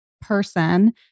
person